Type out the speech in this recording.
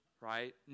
right